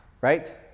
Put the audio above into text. right